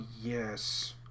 yes